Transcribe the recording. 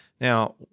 Now